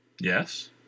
Yes